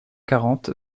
quarante